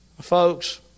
folks